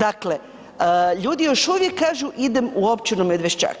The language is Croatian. Dakle, ljudi još uvijek kažu idem u općinu Medveščak,